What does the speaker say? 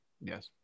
Yes